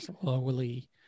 Slowly